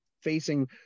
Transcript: facing